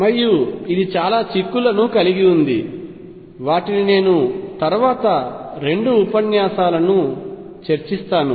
మరియు ఇది చాలా చిక్కులను కలిగి ఉంది వాటిని నేను తరువాత రెండు ఉపన్యాసాలను చర్చిస్తాను